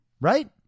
Right